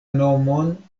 nomon